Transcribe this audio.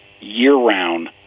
year-round